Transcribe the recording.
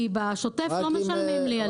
כי בשוטף לא משלמים לי על זה.